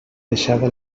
deixava